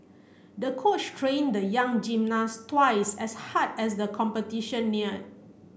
the coach trained the young gymnast twice as hard as the competition neared